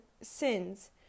sins